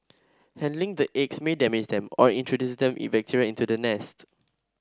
handling the eggs may damage them or introduce the bacteria into the nest